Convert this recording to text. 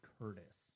curtis